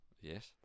yes